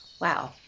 wow